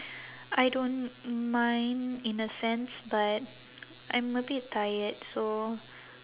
I don't mind in a sense but I'm a bit tired so